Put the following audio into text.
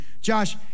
Josh